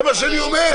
זה מה שאני אומר.